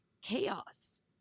chaos